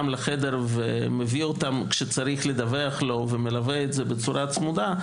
לחדר ומביא אותם כשצריך לדווח לו ומלווה את זה בצורה צמודה,